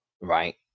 right